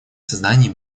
создании